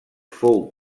fou